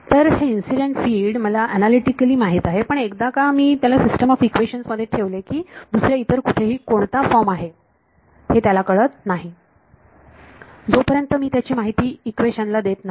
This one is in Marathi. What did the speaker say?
तर हे इन्सिडेंट फिल्ड मला ऍनालीटीकली माहित आहे पण एकदा का मी त्याला सिस्टम ऑफ इक्वेशन मध्ये ठेवले की दुसऱ्या इतर कुठेही कोणता फॉर्म आहे ते त्याला कळत नाही जोपर्यंत मी त्याची माहिती इक्वेशन ला देत नाही